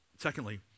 Secondly